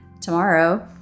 tomorrow